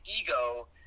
ego